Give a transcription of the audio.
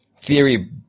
theory